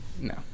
No